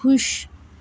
खुश